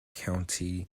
county